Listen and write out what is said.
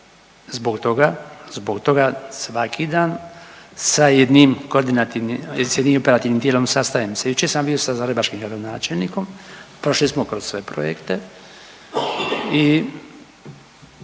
Zbog toga, zbog toga svaki dan sa jednim koordinativnim sa jednim operativnim tijelom sastajem se. Jučer sam bio sa zagrebačkim gradonačelnikom, prošli smo kroz sve projekte i